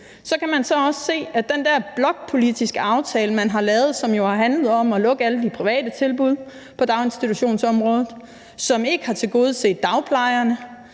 høringssvar. Den blokpolitiske aftale, man har lavet, har handlet om at lukke alle de private tilbud på daginstitutionsområdet, og den har ikke tilgodeset dagplejerne,